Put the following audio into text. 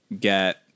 get